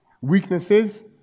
Weaknesses